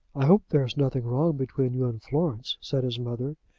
i hope there is nothing wrong between you and florence? said his mother.